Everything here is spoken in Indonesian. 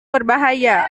berbahaya